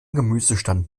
gemüsestand